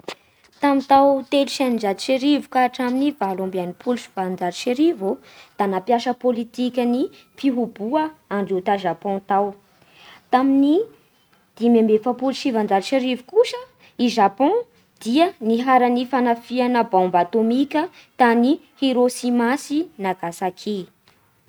Tamin'ny tao telo sy eninjato sy arivo ka hatramin'ny valo amby enimpolo sy valonjato sy arivo ô da nampiasa politikan'ny ny fihoboa andreo ta Japon tao. Tamin'ny dimy amby efapolo sy sivanjato sy arivo kosa i Japon dia niharan'ny fanafihana baomba atômika tany Hirosima sy Nagasaki.